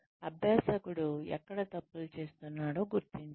అభ్యాసకుడు ఎక్కడ తప్పులు చేస్తున్నాడో గుర్తించండి